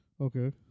Okay